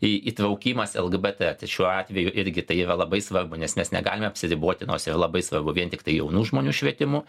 į įtraukimas lgbt tai šiuo atveju irgi tai yra labai svarbu nes mes negalime apsiriboti nors ir labai svarbu vien tiktai jaunų žmonių švietimu